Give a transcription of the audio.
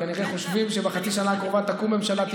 וכנראה חושבים שבחצי השנה הקרובה תקום ממשלה,